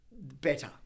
better